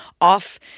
off